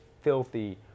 filthy